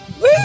Woo